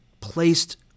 placed